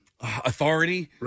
authority